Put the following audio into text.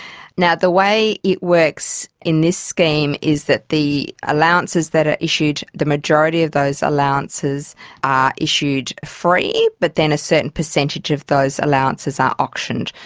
the way it works in this scheme is that the allowances that are issued, the majority of those allowances are issued free, but then a certain percentage of those allowances are auctioned.